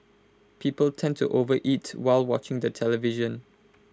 people tend to overeat while watching the television